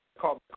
Call